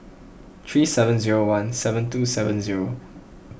three seven zero one seven two seven zero